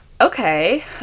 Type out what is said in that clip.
Okay